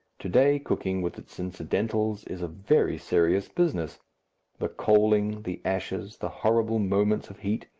to-day cooking, with its incidentals, is a very serious business the coaling, the ashes, the horrible moments of heat,